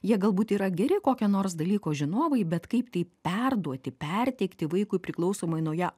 jie galbūt yra geri kokie nors dalyko žinovai bet kaip tai perduoti perteikti vaikui priklausomai nuo jo